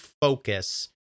focus